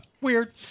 weird